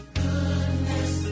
goodness